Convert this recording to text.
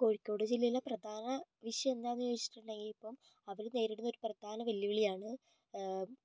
കോഴിക്കോട് ജില്ലയിലെ പ്രധാനവിഷയം എന്താണെന്ന് വെച്ചിട്ടുണ്ടെങ്കിൽ ഇപ്പോൾ അവർ നേരിടുന്ന ഒരു പ്രധാന വെല്ലുവിളിയാണ്